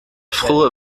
frühe